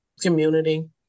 community